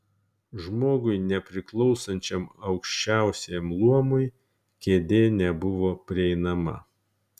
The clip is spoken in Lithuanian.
žmogui nepriklausančiam aukščiausiajam luomui kėdė nebuvo prieinama